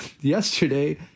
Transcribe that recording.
yesterday